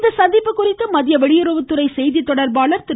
இந்த சந்திப்பு குறித்து மத்திய வெளியுறவுத்துறை செய்தி தொடர்பாளர் திரு